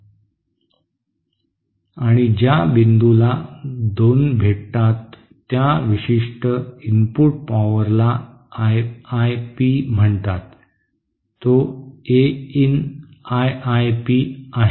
आणि ज्या बिंदूला दोन भेटतात त्या विशिष्ट इनपुट पॉवरला आय आय पी म्हणतात तो A in I I P आहे